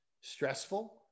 stressful